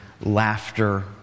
laughter